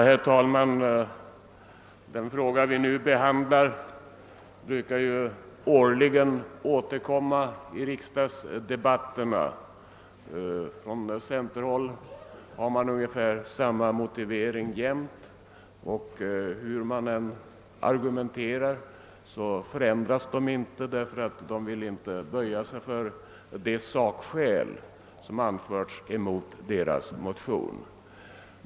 Herr talman! Den fråga vi nu behandlar brukar årligen återkomma i riksdagsdebatterna. Från centerhåll har man ständigt samma motivering. Men centerpartisterna vill inte böja sig vilka sakskäl som än anförs mot deras motioner.